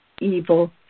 evil